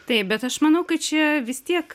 taip bet aš manau kad čia vis tiek